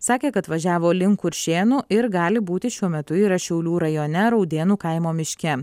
sakė kad važiavo link kuršėnų ir gali būti šiuo metu yra šiaulių rajone raudėnų kaimo miške